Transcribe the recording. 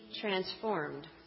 transformed